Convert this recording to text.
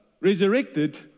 resurrected